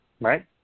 Right